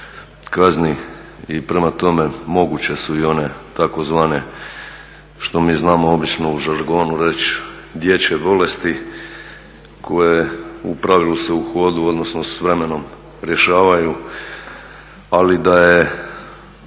i prema tome moguće su i one tzv. što mi znamo obično u žargonu reći, dječje bolesti koje u pravilu se u hodu, odnosno s vremenom rješavaju, ali da je